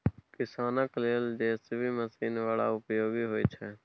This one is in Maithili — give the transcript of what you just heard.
किसानक लेल जे.सी.बी मशीन बड़ उपयोगी होइ छै